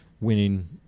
winning